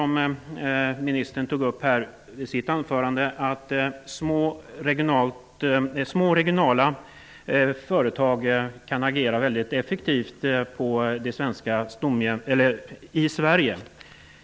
Ministern sade i sitt anförande att små regionala företag kan agera väldigt effektivt i Sverige.